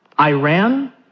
Iran